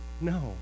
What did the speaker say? No